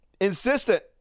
insistent